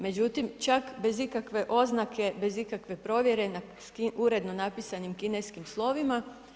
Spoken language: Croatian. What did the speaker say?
Međutim, čak i bez ikakve oznake, bez ikakve provjere, uredno napisano kineskim slovima.